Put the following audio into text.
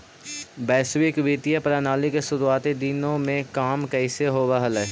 वैश्विक वित्तीय प्रणाली के शुरुआती दिनों में काम कैसे होवअ हलइ